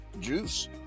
juice